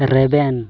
ᱨᱮᱵᱮᱱ